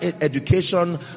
education